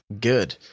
good